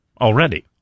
Already